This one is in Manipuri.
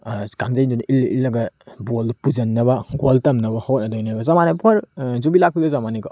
ꯀꯥꯡꯖꯩꯗꯨꯅ ꯏꯜꯂ ꯏꯜꯂꯒ ꯕꯣꯜꯗꯨ ꯄꯨꯁꯤꯟꯅꯕ ꯒꯣꯜ ꯆꯟꯅꯕ ꯍꯣꯠꯅꯗꯣꯏꯅꯦꯕ ꯆꯞ ꯃꯥꯟꯅꯩ ꯐꯣꯔ ꯌꯨꯕꯤ ꯂꯥꯛꯄꯤꯒ ꯆꯞ ꯃꯥꯟꯅꯩꯀꯣ